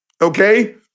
okay